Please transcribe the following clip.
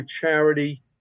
charity